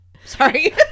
Sorry